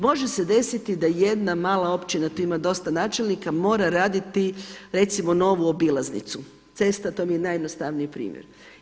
Može se desiti da jedna mala općina, tu ima dosta načelnika mora raditi recimo novu obilaznicu, cesta, to mi je najjednostavniji primjer.